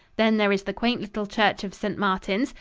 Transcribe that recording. then there is the quaint little church of st. martins,